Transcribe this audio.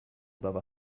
above